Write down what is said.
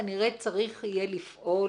כנראה יהיה לפעול,